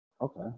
Okay